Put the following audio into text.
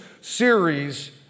series